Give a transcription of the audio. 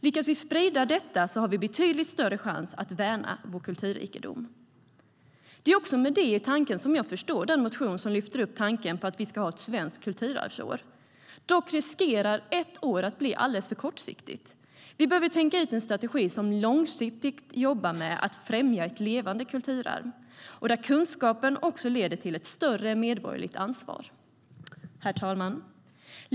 Lyckas vi sprida detta har vi betydligt större chans att värna vår kulturrikedom. Det är också med detta i tanken som jag förstår den motion som lyfter upp idén om ett svenskt kulturarvsår. Dock riskerar ett år att bli alldeles för kortsiktigt. Vi behöver tänka ut en strategi som långsiktigt arbetar för att främja ett levande kulturarv och där kunskapen också leder till ett större medborgerligt ansvar. Herr talman!